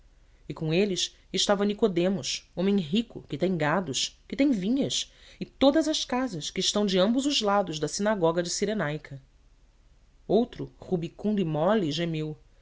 e com eles estava nicodemo homem rico que tem gados que tem vinhas e todas as casas que estão de ambos os lados da sinagoga de cirenaica outro rubicundo e mole gemeu